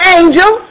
angel